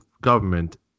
government